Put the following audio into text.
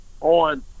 on